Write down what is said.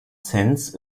sense